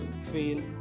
fail